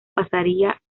pasaría